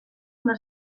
una